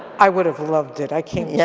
i would have loved it. i can't yeah